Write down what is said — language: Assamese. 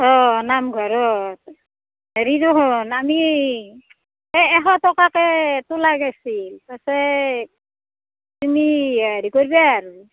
অ' নামঘৰত হেৰিৰো আমি এই এশ টকাকৈ তোলা গেইছি তাতে তুমি হেৰি কৰিবা আৰু